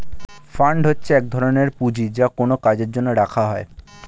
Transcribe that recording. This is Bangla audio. ফান্ড হচ্ছে এক ধরনের পুঁজি যা কোনো কাজের জন্য রাখা হয়